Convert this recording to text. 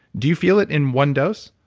do you feel it in one dose?